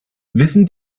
wissen